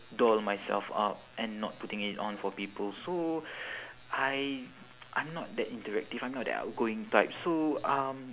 doll myself up and not putting it on for people so I I'm not that interactive I'm not that outgoing type so um